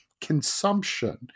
consumption